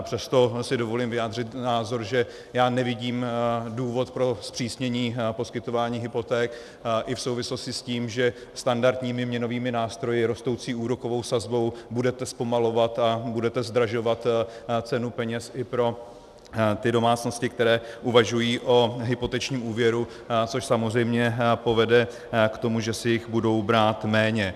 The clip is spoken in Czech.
Přesto si dovolím vyjádřit názor, že nevidím důvod pro zpřísnění poskytování hypoték i v souvislosti s tím, že standardními měnovými nástroji rostoucí úrokovou sazbou budete zpomalovat a budete zdražovat cenu peněz i pro ty domácnosti, které uvažují o hypotečním úvěru, což samozřejmě povede k tomu, že si jich budou brát méně.